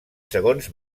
segons